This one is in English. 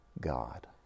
God